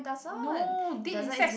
no dead insects